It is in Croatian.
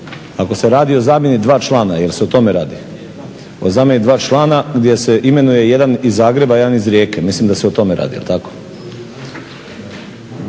Ako se radi o zamjeni dva člana, jer se o tome radi? O zamjeni dva člana, gdje se imenuje jedan iz Zagreba, jedan iz Rijeke, mislim da se o tome radi, jer tako,